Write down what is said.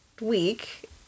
week